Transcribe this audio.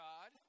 God